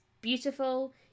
beautiful